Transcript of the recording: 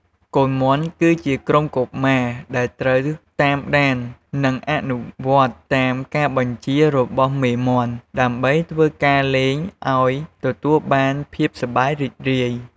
កូនមាន់គឺជាក្រុមកុមារដែលត្រូវតាមដាននិងអនុវត្តតាមការបញ្ជារបស់មេមាន់ ដើម្បីធ្វើការលេងអោយទទួលបានភាពសប្បាយរីករាយ។